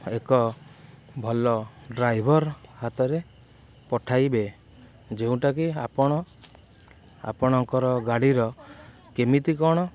ଏକ ଭଲ ଡ୍ରାଇଭର୍ ହାତରେ ପଠାଇବେ ଯେଉଁଟାକି ଆପଣ ଆପଣଙ୍କର ଗାଡ଼ିର କେମିତି କ'ଣ